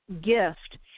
gift